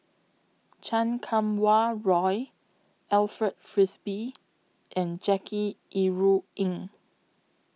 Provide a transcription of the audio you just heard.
Chan Kum Wah Roy Alfred Frisby and Jackie Yi Ru Ying